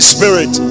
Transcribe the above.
Spirit